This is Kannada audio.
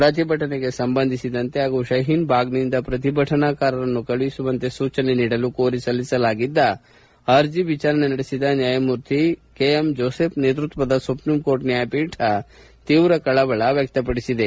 ಪ್ರತಿಭಟನೆಗೆ ಸಂಬಂಧಿಸಿದಂತೆ ಹಾಗೂ ಶಹೀನ್ಭಾಗ್ನಿಂದ ಪ್ರತಿಭಟನಾಕಾರರನ್ನು ಕಳುಹಿಸುವಂತೆ ಸೂಚನೆ ನೀಡಲು ಕೋರಿ ಸಲ್ತಿಸಲಾಗಿದ್ದ ಅರ್ಜಿ ವಿಚಾರಣೆ ನಡೆಸಿದ ನ್ಯಾಯಮೂರ್ತಿ ಕೆಎಂ ಜೋಸೆಫ್ ನೇತೃತ್ವದ ಸುಪ್ರೀಂ ಕೋರ್ಟ್ ನ್ಯಾಯಪೀಠ ತೀವ್ರ ಕಳವಳ ವ್ನ ಕ್ನಪಡಿಸಿದೆ